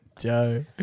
Joe